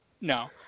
No